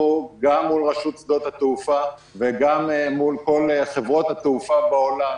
גם מול רשות שדות התעופה וגם מול כל חברות התעופה בעולם,